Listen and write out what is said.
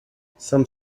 some